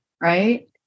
Right